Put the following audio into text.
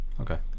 Okay